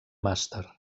màster